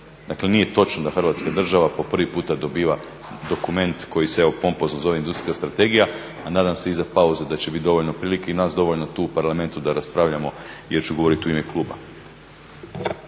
Dakle, nije točno da Hrvatska država po prvi puta dobiva dokument koji se evo pompozno zove industrijska strategija, a nadam se iza pauze da će bit dovoljno prilike i nas dovoljno tu u Parlamentu da raspravljamo, jer ću govoriti u ime kluba.